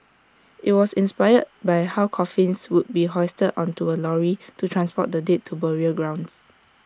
IT was inspired by how coffins would be hoisted onto A lorry to transport the dead to burial grounds